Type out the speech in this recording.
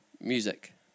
music